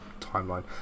timeline